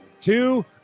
two